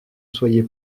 soyez